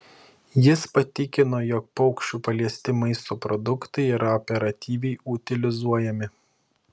jis patikino jog paukščių paliesti maisto produktai yra operatyviai utilizuojami